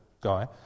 guy